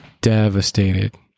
devastated